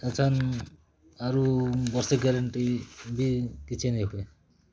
ଏଛେନ୍ ଆରୁ ବର୍ଷେ ଗେରେଣ୍ଟି ବି କିଛି ନାଇହୁଏ